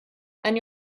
and